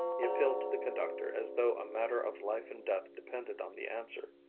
he appealed to the conductor as though a matter of life and death depended on the answer.